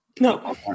No